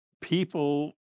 people